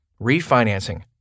Refinancing